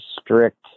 strict